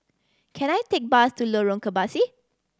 can I take bus to Lorong Kebasi